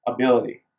ability